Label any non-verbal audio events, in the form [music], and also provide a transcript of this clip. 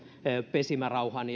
pesimärauhan [unintelligible]